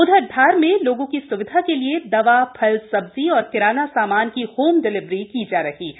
उधर धार में लोगों की स्विधा के लिए दवाफलसब्जी और किराना सामान की होम डिलिवरी की जा रही है